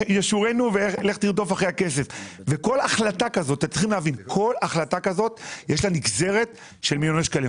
לכל החלטה כזאת יש נגזרת של מיליוני שקלים.